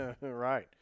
Right